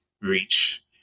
reach